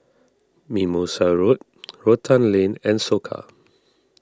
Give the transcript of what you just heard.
Mimosa Road Rotan Lane and Soka